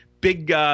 big